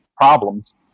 problems